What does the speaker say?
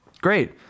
Great